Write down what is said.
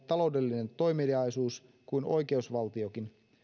taloudellinen toimeliaisuus kuin oikeusvaltiokin